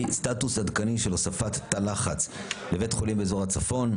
סטטוס עדכני של הוספת תא לחץ לבית חולים באזור הצפון.